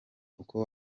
uko